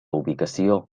ubicació